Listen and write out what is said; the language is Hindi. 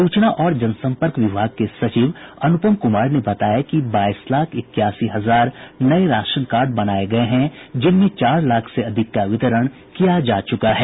सूचना और जनसंपर्क विभाग के सचिव अनुपम कुमार ने बताया कि बाईस लाख इक्यासी हजार नये राशन कार्ड बनाये गये हैं जिनमें चार लाख से अधिक का वितरण किया जा चुका है